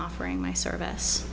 offering my service